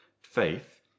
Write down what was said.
faith